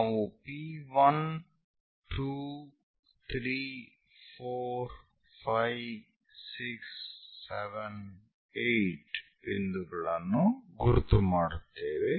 ನಾವು P 1 2 3 4 5 6 7 8 ಬಿಂದುಗಳನ್ನು ಗುರುತು ಮಾಡುತ್ತೇವೆ